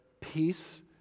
peace